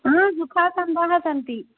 सुखासन्दाः सन्ति